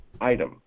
item